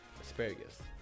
asparagus